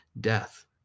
death